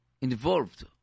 involved